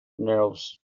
narrows